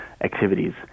activities